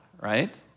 Right